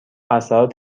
اثرات